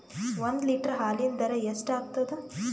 ಒಂದ್ ಲೀಟರ್ ಹಾಲಿನ ದರ ಎಷ್ಟ್ ಆಗತದ?